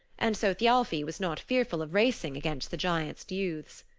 and so thialfi was not fearful of racing against the giants' youths.